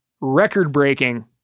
record-breaking